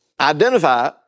identify